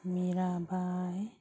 Mirabai